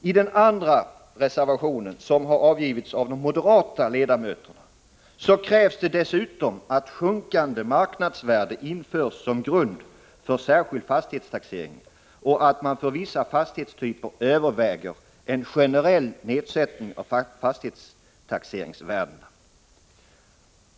I den andra reservationen, som avgivits av de moderata ledamöterna, krävs dessutom att sjunkande marknadsvärde införs som grund för särskild fastighetstaxering och att man för vissa fastighetstyper överväger en generell nedsättning av fastighetstaxeringsvärdena.